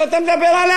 שאתה מדבר עליה,